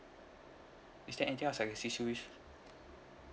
is there anything else I can assist you with